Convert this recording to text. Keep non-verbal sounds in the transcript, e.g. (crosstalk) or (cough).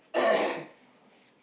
(coughs)